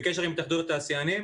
ועם התאחדות התעשיינים,